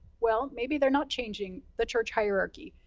well, maybe they're not changing the church hierarchy.